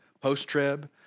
post-trib